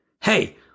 Hey